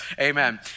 amen